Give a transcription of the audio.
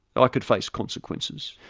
i could face consequences,